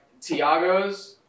Tiagos